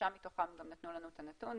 שלושה מתוכם גם נתנו לנו את הנתון,